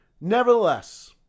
nevertheless